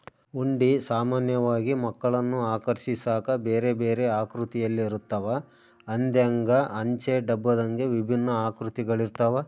ಹುಂಡಿ ಸಾಮಾನ್ಯವಾಗಿ ಮಕ್ಕಳನ್ನು ಆಕರ್ಷಿಸಾಕ ಬೇರೆಬೇರೆ ಆಕೃತಿಯಲ್ಲಿರುತ್ತವ, ಹಂದೆಂಗ, ಅಂಚೆ ಡಬ್ಬದಂಗೆ ವಿಭಿನ್ನ ಆಕೃತಿಗಳಿರ್ತವ